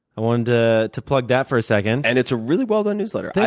i wanted to to plug that for a second. and it's a really well-done newsletter. yeah